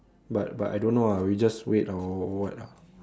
but but I don't know ah we just wait or what ah